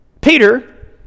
Peter